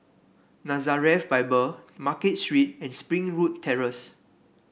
Nazareth Bible Market Street and Springwood Terrace